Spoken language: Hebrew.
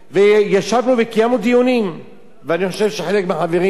ואני חושב שחלק מהחברים בכנסת היו בחלק מהדיונים.